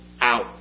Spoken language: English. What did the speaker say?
out